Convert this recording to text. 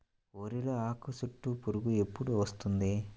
వరిలో ఆకుచుట్టు పురుగు ఎప్పుడు వస్తుంది?